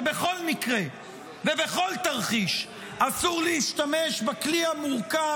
שבכל מקרה ובכל תרחיש אסור להשתמש בכלי המורכב,